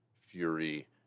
Fury